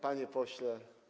Panie Pośle!